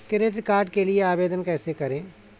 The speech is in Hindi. क्रेडिट कार्ड के लिए आवेदन कैसे करें?